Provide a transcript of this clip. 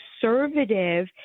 conservative